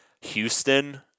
Houston